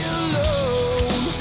alone